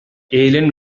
alien